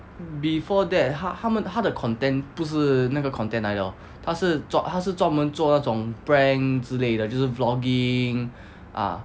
before that 他他们他的 content 不是那个 content 来的 hor 他是他是专门做那种 prank 之类的就是 vlogging ah